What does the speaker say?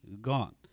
gone